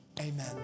amen